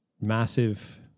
massive